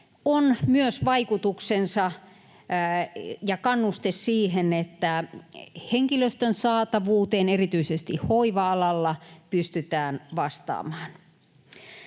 on myös vaikutuksensa ja kannuste siihen, että henkilöstön saatavuuteen erityisesti hoiva-alalla pystytään vastaamaan.